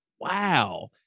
wow